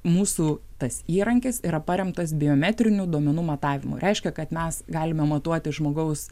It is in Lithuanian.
mūsų tas įrankis yra paremtas biometrinių duomenų matavimu reiškia kad mes galime matuoti žmogaus